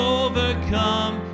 overcome